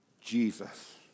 Jesus